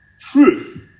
truth